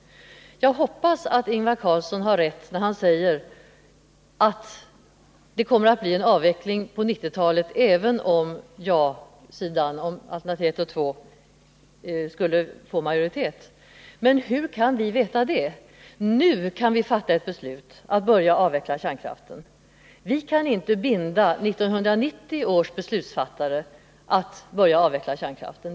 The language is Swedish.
Jag hoppas att Ingvar Carlsson har rätt när han säger att det kommer att bli en avveckling på 1990-talet även om ja-alternativen 1 och 2 skulle få majoritet. Men hur kan vi veta det? Nu kan vi fatta ett beslut att börja avveckla kärnkraften. Vi kan inte binda 1990 års beslutsfattare att börja avveckla kärnkraften.